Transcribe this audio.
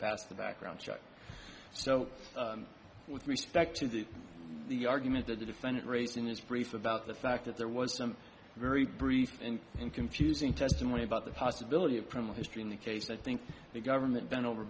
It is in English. background check so with respect to the the argument that the defendant raised in his brief about the fact that there was some very brief and confusing testimony about the possibility of criminal history in the case i think the government bent over